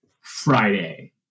Friday